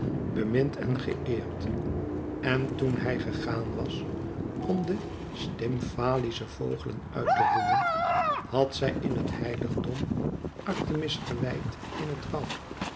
bemind en geëerd en toen hij gegaan was om de stymfalische vogelen uit te roeien had zij in het heiligdom artemis gewijd in het woud